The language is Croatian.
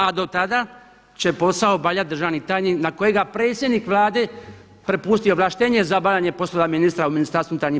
A do tada će posao obavljati državni tajnik na kojega predsjednik Vlade prepustio ovlaštenje za obavljanje poslova ministra u MUP-u.